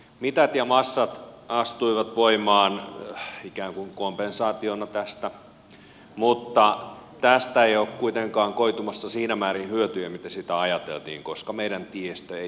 mitat ja massat astuivat voimaan ikään kuin kompensaationa tästä mutta tästä ei ole kuitenkaan koitumassa siinä määrin hyötyjä kuin ajateltiin koska meidän tiestömme ei yksinkertaisesti kestä